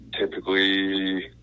Typically